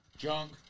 Junk